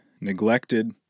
neglected